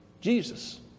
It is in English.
Jesus